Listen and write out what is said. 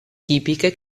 tipiche